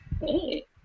Hey